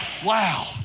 Wow